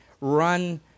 run